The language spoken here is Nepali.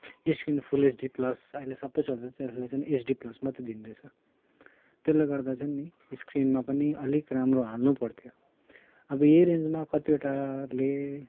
स्क्रिन फुल एचडी प्लस अहिले सबै चल्दैछ एचडी प्लस मात्र दिँदैछ त्यसले गर्दा चाहिँ नि स्क्रिनमा पनि अलिक राम्रो हाल्नु पर्थ्यो अब यही रेन्जमा कतिवटाले